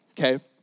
okay